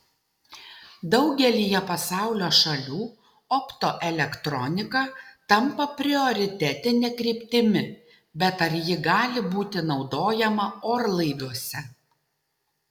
daugelyje pasaulio šalių optoelektronika tampa prioritetine kryptimi bet ar ji gali būti naudojama orlaiviuose